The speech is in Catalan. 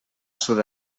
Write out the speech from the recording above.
sud